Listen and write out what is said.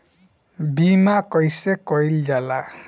बीमा कइसे कइल जाला?